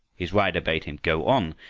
his rider bade him go on,